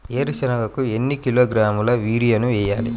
వేరుశనగకు ఎన్ని కిలోగ్రాముల యూరియా వేయాలి?